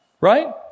Right